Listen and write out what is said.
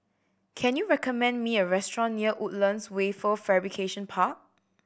can you recommend me a restaurant near Woodlands Wafer Fabrication Park